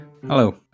Hello